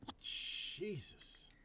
Jesus